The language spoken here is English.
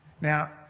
Now